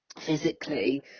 physically